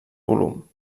volum